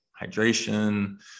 hydration